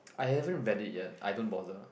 I haven't valid yet I don't bother